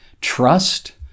trust